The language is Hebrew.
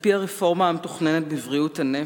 על-פי הרפורמה המתוכננת בבריאות הנפש,